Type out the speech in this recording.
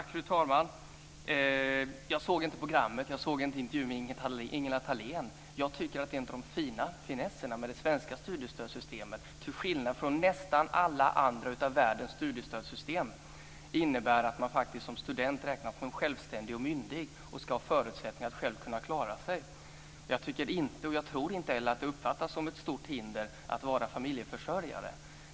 Fru talman! Jag såg inte programmet och intervjun med Ingela Thalén. En av finesserna med det svenska studiestödssystemet, till skillnad från nästan alla andra studiestödssystem i världen, är att man som student räknas som självständig och myndig. Man ska ha förutsättningar att kunna klara sig själv. Jag tror inte heller att det uppfattas som ett stort hinder att vara familjeförsörjare.